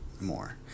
more